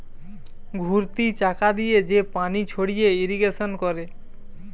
ঘুরতি চাকা দিয়ে যে পানি ছড়িয়ে ইরিগেশন করে